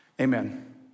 amen